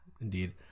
Indeed